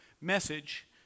message